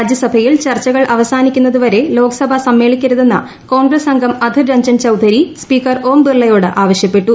രാജ്യസഭയിൽ ചർച്ചകൾ അവസാനിക്കുന്നതുവരെ ലോക്സഭ സമ്മേളിക്കരുതെന്ന് കോൺഗ്രസ് അംഗം അധിർ രഞ്ജൻ ചൌധരി സ്പീക്കർ ഓം ബിർളയോട് ആവശ്യപ്പെട്ടു